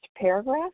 paragraph